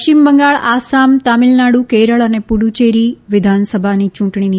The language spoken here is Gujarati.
પશ્ચિમ બંગાળ આસામ તામિલનાડુ કેરળ અને પુફુચેરી વિધાનસભાની ચૂંટણીની